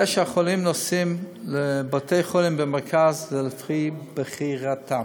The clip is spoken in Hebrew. זה שהחולים נוסעים לבתי-חולים במרכז זה לפי בחירתם.